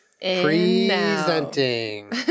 presenting